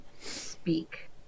speak